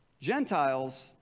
Gentiles